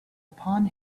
upon